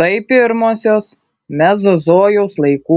tai pirmosios mezozojaus laikų